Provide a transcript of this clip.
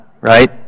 right